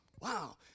Wow